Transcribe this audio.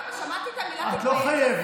אחרי ששמעתי את המילה "תתבייש" את לא חייבת.